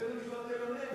בבית-המשפט העליון אין.